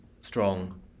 strong